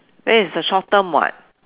then it's the short term [what]